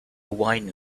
wine